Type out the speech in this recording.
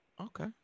Okay